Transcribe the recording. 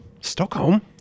Stockholm